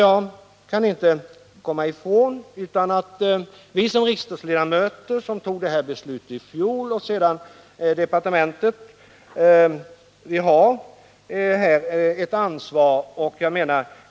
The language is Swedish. Jag kan inte komma ifrån att vi riksdagsledamöter som fattade detta beslut i fjol liksom departementet har ett ansvar härvidlag.